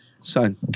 son